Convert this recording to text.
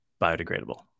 biodegradable